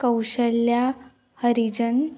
Kaushalya Harijan